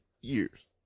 years